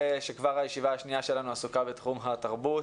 הישיבה השנייה שלנו עוסקת בתחום התרבות.